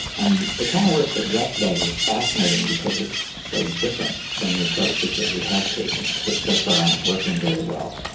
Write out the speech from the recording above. and the kind of work that geoff does is fascinating because it's so different from the approaches that we have taken that so far aren't working very well.